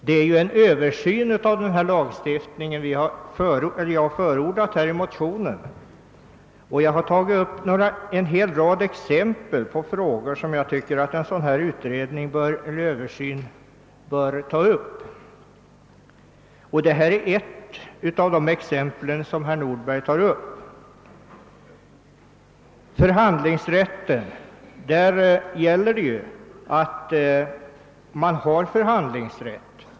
Det är ju en översyn av denna lagstiftning som jag förordat i motionen, och jag har anfört en rad exempel på frågor som jag tycker att en sådan här översyn bör ta upp; herr Nordberg citerade ett av dessa.